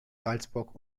salzburg